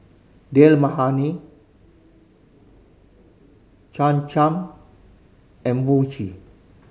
Dal Makhani Cham Cham and Mochi